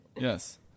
Yes